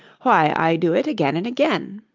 why, i do it again and again